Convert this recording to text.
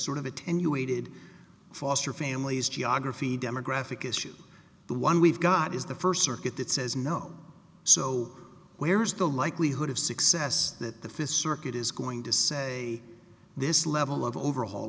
sort of attenuated foster families geography demographic issues the one we've got is the first circuit that says no so where is the likelihood of success that the fifth circuit is going to say this level of overhaul